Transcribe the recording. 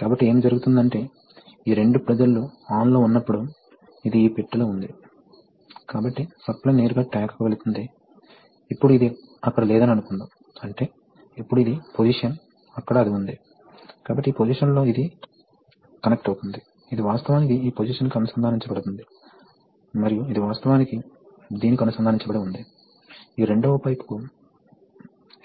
కాబట్టి ఇవి ప్రవాహాలు అదేవిధంగా టిపికల్ కేసు ఏమిటంటే ఎక్స్టెన్షన్ స్ట్రోక్ సమయంలో ఇది జరుగుతుంది కాబట్టి వాస్తవానికి ప్రవాహం రేటు K x V అయినప్పటికీ